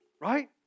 right